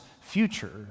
future